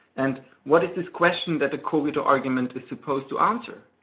and what is this question that the cogito argument is supposed to answer?